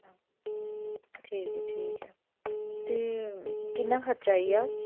ठीक ऐ ठीक ऐ भी किन्ना खर्चा आई जाह्ग